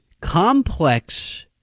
complex